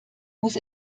muss